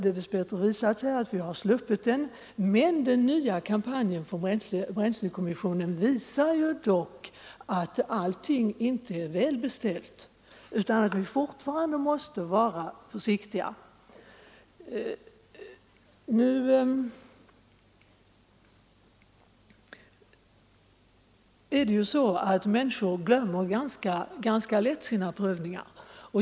Dess bättre har vi nu sluppit ransoneringen, men den nya kampanjen från bränslenämnden visar att allting inte är väl beställt, utan att vi fortfarande måste vara sparsamma. Nu är det ju så att människor ganska lätt glömmer sina prövningar.